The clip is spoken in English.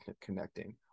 connecting